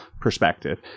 perspective